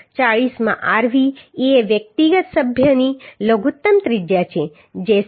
40 માં rv એ વ્યક્તિગત સભ્યની લઘુત્તમ ત્રિજ્યા છે જે 17